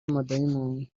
amadayimoni